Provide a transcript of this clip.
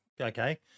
okay